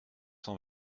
cent